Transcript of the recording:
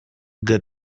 good